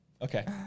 Okay